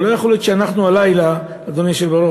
אבל לא יכול להיות שאנחנו הלילה, אדוני היושב-ראש,